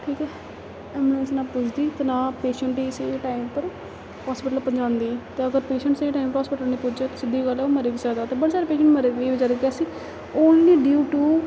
ठीक ऐ ऐंबुलेंस ना पुजदी ते ना पेशेंट गी स्हेई टाइम उप्पर हास्पिटल पजांदी ते अगर पेशेंट स्हेई टाइम पर हास्पिटल निं पुज्जै ते सिद्धी गल्ल ओह् मरी बी सकदा ते बड़े सारे पेशेंट मरी बी जंदे ओनली ड्यू टू